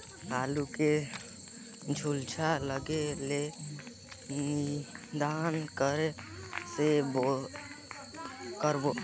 आलू के झुलसा रोग ले निदान कइसे करबो?